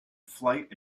flight